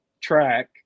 track